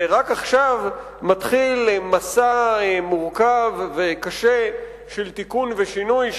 ורק עכשיו מתחיל מסע מורכב וקשה של תיקון ושינוי,